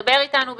דבר איתנו במספרים.